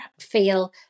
feel